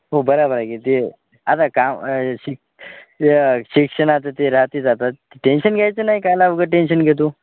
हो बरोबर आहे की ते आता काम श शिक्षण आता ते राहतेच आत टेंशन घ्यायचं नाही कायला उग टेन्शन घेतो